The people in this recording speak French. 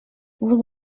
vous